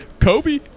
Kobe